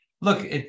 look